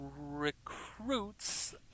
recruits